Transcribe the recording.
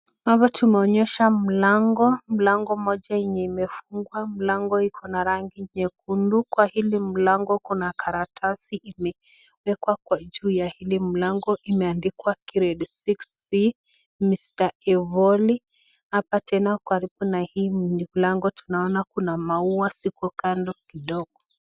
Hapa tumeonyeswa mlango, mlango moja enye imefungwa ikona rangi nyekundu, kwa hili mlango kuna karatasi imeandikwa grade sixty mr evoli , hapa tena karibu na hii mlango kuna maua ziko kando kidogo.